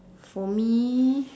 for me